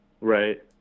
right